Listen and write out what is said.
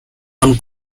one